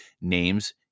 names